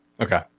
Okay